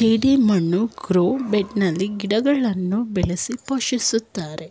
ಜೆಡಿಮಣ್ಣು grow ಬೆಡ್ನಲ್ಲಿ ಗಿಡಗಳನ್ನು ಬೆಳೆಸಿ ಪೋಷಿಸುತ್ತಾರೆ